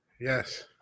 Yes